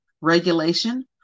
regulation